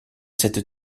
cette